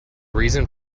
reason